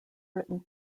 written